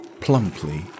plumply